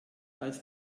als